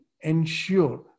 ensure